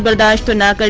but da da nine